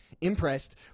impressed